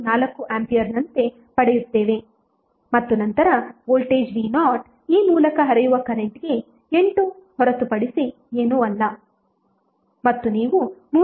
4 ಆಂಪಿಯರ್ನಂತೆ ಪಡೆಯುತ್ತೇವೆ ಮತ್ತು ನಂತರ ವೋಲ್ಟೇಜ್ v0 ಈ ಮೂಲಕ ಹರಿಯುವ ಕರೆಂಟ್ಗೆ 8 ಹೊರತುಪಡಿಸಿ ಏನೂ ಅಲ್ಲ ಮತ್ತು ನೀವು 3